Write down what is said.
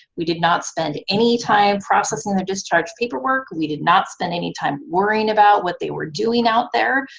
we did not spend any time processing their discharge paperwork, we did not spend any time worrying about what they were doing out there,